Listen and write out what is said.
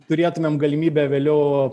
turėtumėm galimybę vėliau